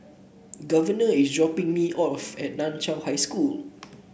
Governor is dropping me off at Nan Chiau High School